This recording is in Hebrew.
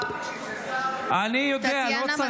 אני בדיכאון.